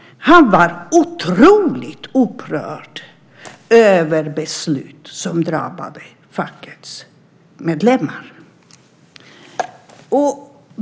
Han var otroligt upprörd över beslut som drabbade fackets medlemmar.